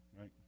right